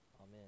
Amen